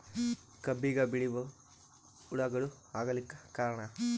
ಕಬ್ಬಿಗ ಬಿಳಿವು ಹುಳಾಗಳು ಆಗಲಕ್ಕ ಕಾರಣ?